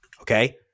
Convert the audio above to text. Okay